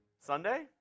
Sunday